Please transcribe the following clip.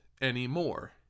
anymore